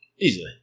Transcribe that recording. Easily